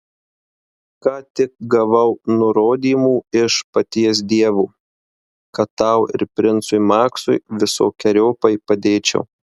ką tik gavau nurodymų iš paties dievo kad tau ir princui maksui visokeriopai padėčiau